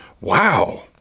Wow